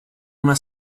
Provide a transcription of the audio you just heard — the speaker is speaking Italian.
una